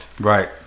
right